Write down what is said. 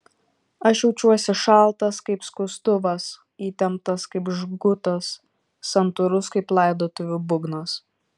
aš jaučiuosi šaltas kaip skustuvas įtemptas kaip žgutas santūrus kaip laidotuvių būgnas